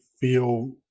feel